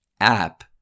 app